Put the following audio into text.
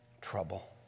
trouble